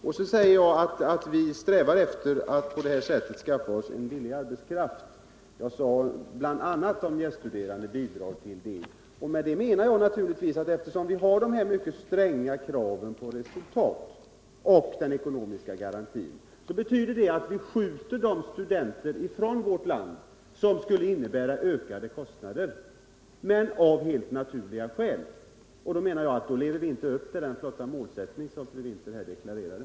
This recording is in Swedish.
Sedan skulle jag ha sagt att vi på det här sättet strävar efter att skaffa oss billig arbetskraft. Jag sade att bl.a. de gäststuderande bidrar till det. Med det menar jag naturligtvis att dessa mycket stränga krav på resultat och ekonomisk garanti betyder att vi stöter de studenter ifrån vårt land som skulle innebära ökade kostnader — av helt naturliga skäl. Då menar jag att vi inte lever upp till den flotta målsättning som fru Winther här deklarerade.